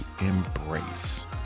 embrace